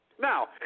Now